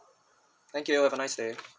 thank you have a nice day